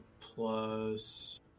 plus